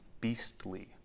beastly